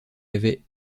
avait